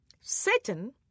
Satan